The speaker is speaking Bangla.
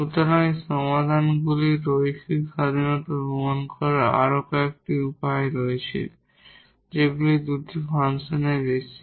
সুতরাং সমাধানগুলির লিনিয়ার ইন্ডিপেন্ডেট প্রমাণ করার আরও কয়েকটি উপায় রয়েছে যখন সেগুলি দুটি ফাংশনের বেশি